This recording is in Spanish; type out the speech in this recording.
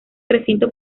recinto